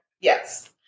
Yes